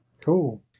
Cool